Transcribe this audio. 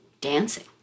dancing